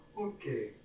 Okay